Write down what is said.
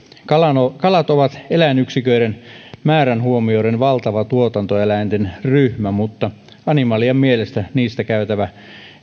kalat kalat ovat eläinyksiköiden määrän huomioiden valtava tuotantoeläinten ryhmä mutta animalian mielestä niistä käytävä